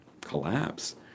collapse